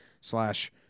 slash